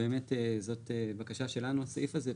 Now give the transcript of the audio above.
באמת זאת בקשה שלנו הסעיף הזה.